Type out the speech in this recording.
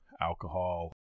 Alcohol